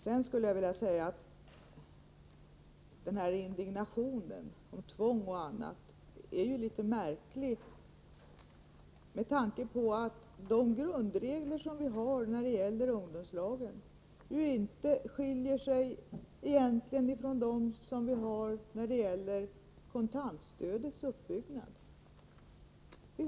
Sedan skulle jag vilja säga att indignationen över tvång är litet märklig med tanke på att grundreglerna i fråga om ungdomslagen ju egentligen inte skiljer sig från de regler som gäller för kontantstödets uppbyggnad.